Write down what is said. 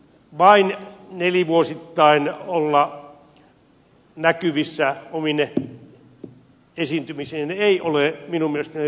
vain nelivuosittain olla näkyvissä omine esiintymisineen ei ole minun mielestäni riittävää